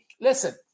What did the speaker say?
listen